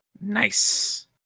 Nice